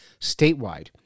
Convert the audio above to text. statewide